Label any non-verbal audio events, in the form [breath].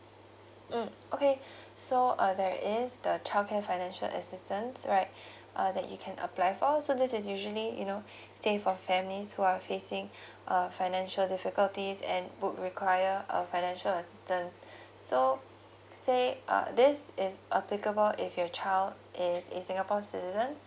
mm okay [breath] so uh there is the childcare financial assistance right [breath] uh that you can apply for so this is usually you know [breath] say for families who are facing [breath] a financial difficulties and would require a financial assistance [breath] so say uh this is applicable if your child is a singapore citizen